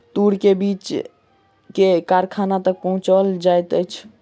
तूर के बीछ के कारखाना तक पहुचौल जाइत अछि